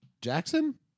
Jackson